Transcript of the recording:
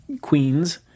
Queens